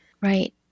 Right